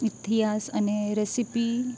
ઇતિહાસ અને રેસીપી